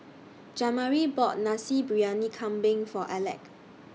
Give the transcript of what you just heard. Jamari bought Nasi Briyani Kambing For Aleck